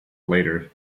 later